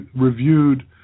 reviewed